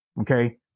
okay